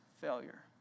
failure